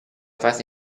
fase